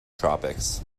tropics